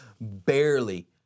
barely